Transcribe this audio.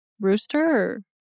rooster